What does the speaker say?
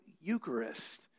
Eucharist